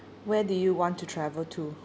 where do you want to travel to